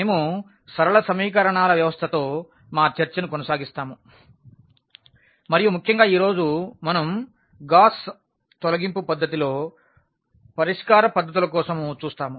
మేము సరళ సమీకరణాల వ్యవస్థతో మా చర్చను కొనసాగిస్తాము మరియు ముఖ్యంగా ఈ రోజు మనం గాస్ తొలగింపు పద్ధతి లో పరిష్కార పద్ధతుల కోసం చూస్తాము